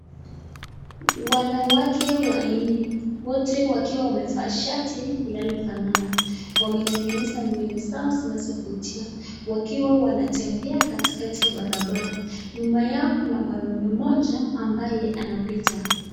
Wanawake wa nne wote wakiwa wamevaa shati inalofanana wametengeneza nywele zao zinazovutia wakiwa wanatembea katikati ya barabara nyuma yao kuna mwanaume mmoja ambaye anapita.